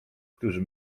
którzy